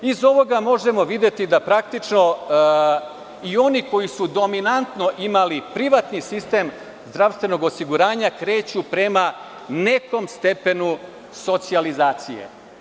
Iz ovoga možemo videti da praktično i oni koji su dominantno imali privatni sistem zdravstvenog osiguranja, kreću prema nekom stepenu socijalizacije.